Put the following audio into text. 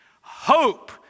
hope